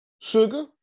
sugar